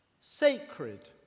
sacred